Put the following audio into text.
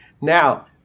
Now